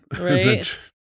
Right